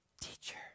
teacher